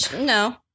No